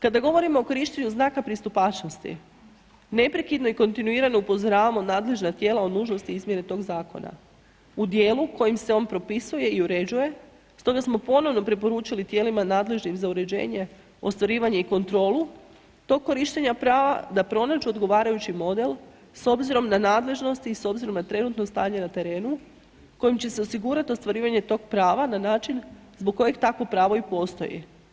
Kada govorimo o korištenju znaka pristupačnosti, neprekidno i kontinuirano upozoravamo nadležna tijela o nužnosti izmjene toga zakona u djelu kojim se on propisuje i uređuje stoga smo ponovno preporučili tijelima nadležnim za uređenje ostvarivanje i kontrolu do korištenja prava da pronađu odgovarajući model s obzirom na nadležnosti i s obzirom na trenutno stanje na terenu kojim će se osigurat ostvarivanje tog prava na način zbog kojih takvo pravo i postoji.